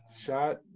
shot